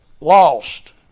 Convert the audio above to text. lost